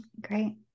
Great